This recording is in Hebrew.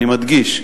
אני מדגיש,